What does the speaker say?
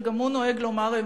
שגם הוא נוהג לומר אמת,